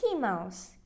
Mouse